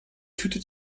tüte